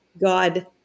God